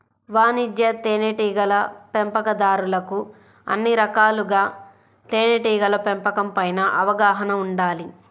వాణిజ్య తేనెటీగల పెంపకందారులకు అన్ని రకాలుగా తేనెటీగల పెంపకం పైన అవగాహన ఉండాలి